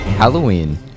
Halloween